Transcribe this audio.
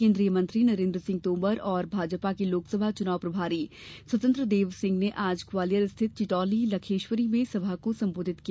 केन्द्रीय मंत्री नरेन्द्र सिंह तोमर और भाजपा के लोकसभा चुनाव प्रभारी स्वतंत्र देव सिंह ने आज ग्वालियर स्थित चिटौली लखेश्वरी में सभा को संबोधित किया